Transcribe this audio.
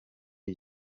iyi